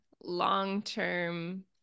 long-term